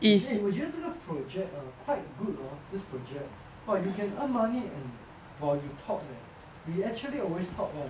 我觉我觉得这个 project ah quite good hor this project !wah! you can earn money and while you talk eh we actually always talk [one]